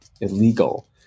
illegal